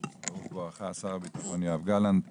ברוך בואך, שר הביטחון יואב גולן.